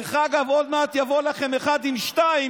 עוד מעט יבוא לכם אחד עם שניים,